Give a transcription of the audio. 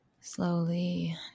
Slowly